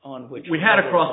on which we had a cross